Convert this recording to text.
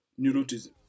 neurotism